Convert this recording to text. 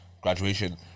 Graduation